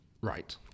Right